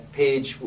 page